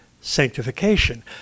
sanctification